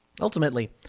ultimately